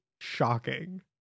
shocking